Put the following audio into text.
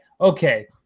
okay